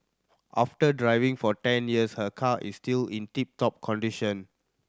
after driving for ten years her car is still in tip top condition